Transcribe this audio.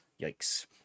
Yikes